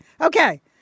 Okay